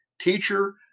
teacher